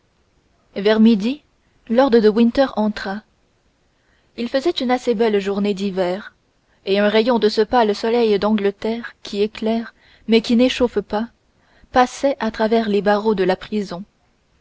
vers midi lord de winter entra il faisait une assez belle journée d'hiver et un rayon de ce pâle soleil d'angleterre qui éclaire mais qui n'échauffe pas passait à travers les barreaux de la prison